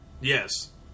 yes